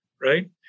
right